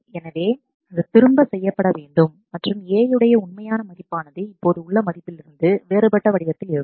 எனவே அது திரும்ப செய்யப்படவேண்டும் மற்றும் A உடைய உண்மையான மதிப்பானது இப்போது உள்ள மதிப்பிலிருந்து வேறுபட்ட வடிவத்தில் இருக்கும்